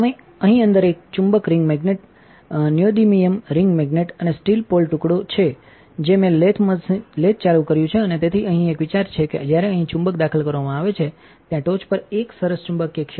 અહીં અંદરએક ચુંબક ring magnet neodymium ring magnet અને સ્ટીલ પોલ ટુકડો છે જે મેં લેથ ચાલુ કર્યું છે અને તેથી અહીં એક વિચાર એ છે કે જ્યારે અહીં ચુંબક દાખલ કરવામાં આવે છે ત્યાં ટોચ પર એક સરસ ચુંબકીય ક્ષેત્ર છે